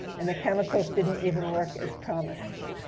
and the chemicals didn't even work as promised.